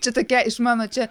čia tokia išmano čia